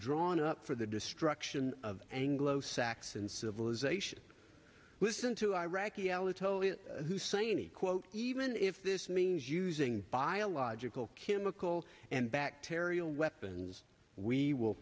drawn up for the destruction of anglo saxon civilization listen to iraqi alitalia husseini quote even if this means using biological chemical and bacterial weapons we will